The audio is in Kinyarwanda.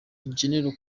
general